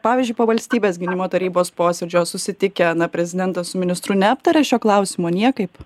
pavyzdžiui po valstybės gynimo tarybos posėdžio susitikę prezidentas su ministru neaptarė šio klausimo niekaip